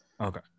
Okay